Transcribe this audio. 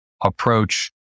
approach